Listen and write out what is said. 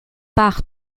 part